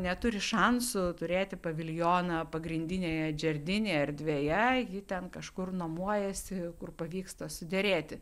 neturi šansų turėti paviljoną pagrindinėje džerdini erdvėje ji ten kažkur nuomojasi kur pavyksta suderėti